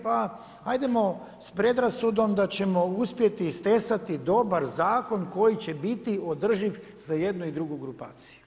Pa ajdemo s predrasudom da ćemo uspjeti istesati dobar zakon, koji će biti održiv za jednu i drugu grupaciju.